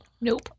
Nope